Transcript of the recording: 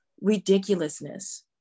ridiculousness